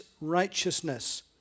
righteousness